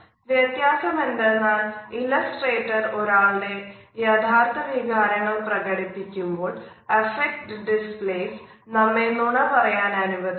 വ്യത്യാസം എന്തെന്നാൽ ഇലസ്ട്രേറ്റർ ഒരാളുടെ യഥാർത്ഥ വികാരങ്ങൾ പ്രകടിപ്പിക്കുമ്പോൾ അഫക്ട് ഡിസ്പ്ലെയ്സ് നമ്മെ നുണ പറയാൻ അനുവദിക്കുന്നു